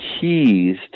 keys